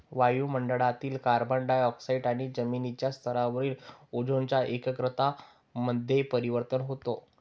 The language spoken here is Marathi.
वायु मंडळातील कार्बन डाय ऑक्साईड आणि जमिनीच्या स्तरावरील ओझोनच्या एकाग्रता मध्ये परिवर्तन होतं